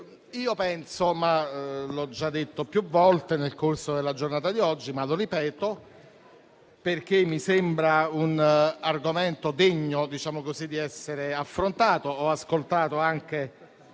vita. Come ho già detto più volte nel corso della giornata di oggi, ma lo ripeto, questo mi sembra un argomento degno di essere affrontato. Ho ascoltato anche